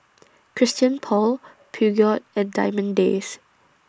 Christian Paul Peugeot and Diamond Days